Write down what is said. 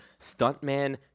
stuntman